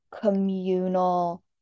communal